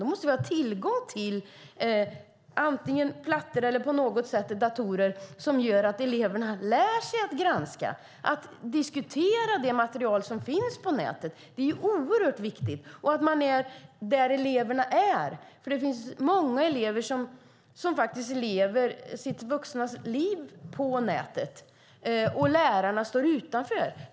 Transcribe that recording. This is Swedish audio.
Då måste vi ha tillgång till läsplattor eller datorer som gör att eleverna lär sig att granska och diskutera det material som finns på nätet. Det är oerhört viktigt. Lärarna måste befinna sig där eleverna befinner sig. Det finns många elever som lever sina liv på nätet, och lärarna står utanför.